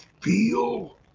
feel